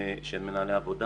בנושאים של מנהלי עבודה,